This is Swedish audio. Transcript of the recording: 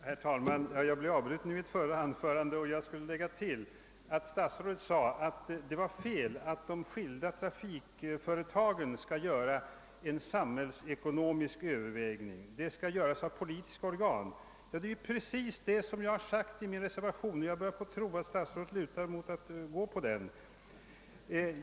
Herr talman! Jag blev avbruten i mitt förra anförande och vill därför göra ett tillägg. Statsrådet sade att han inte ansåg att de skilda trafikföretagen skall göra samhällsekonomiska överväganden; de skall göras av politiska organ. Det är precis vad jag har sagt i min reservation. Jag börjar tro att statsrådet lutar åt att stödja den!